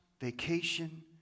vacation